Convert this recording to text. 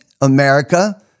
America